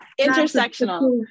intersectional